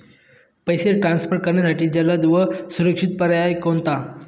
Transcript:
पैसे ट्रान्सफर करण्यासाठी जलद व सुरक्षित पर्याय कोणता?